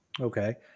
Okay